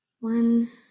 One